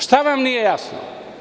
Šta vam nije jasno?